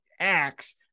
acts